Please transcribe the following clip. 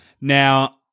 Now